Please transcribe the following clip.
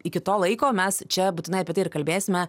iki to laiko mes čia būtinai apie tai ir kalbėsime